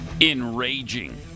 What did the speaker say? enraging